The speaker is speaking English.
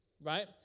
right